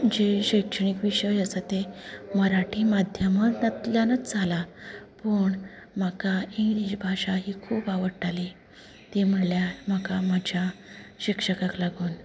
जे शिक्षणीक विशय आसा तें मराठी माध्यमातांतल्यानच जाला पूण म्हाका इंग्लीश भाशा ही खूब आवडटाली ती म्हळ्यार म्हाका म्हज्या शिक्षकाक लागून